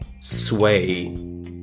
sway